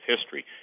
history